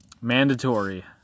Mandatory